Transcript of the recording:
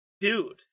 dude